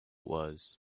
was